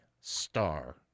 star